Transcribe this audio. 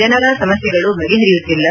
ಜನರ ಸಮಸ್ಥೆಗಳು ಬಗೆಹರಿಯುತ್ತಿಲ್ಲ